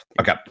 Okay